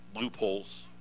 loopholes